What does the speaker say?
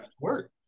Work